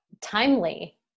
timely